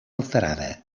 alterada